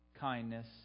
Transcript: kindness